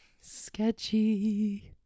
Sketchy